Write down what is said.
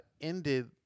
ended